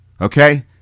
okay